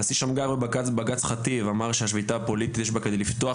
הנשיא שמגר בבג"צ חטיב אמר שהשביתה הפוליטית יש בה כדי לפתוח